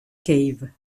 cave